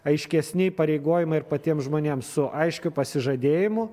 aiškesni įpareigojimai ir patiem žmonėms su aiškiu pasižadėjimu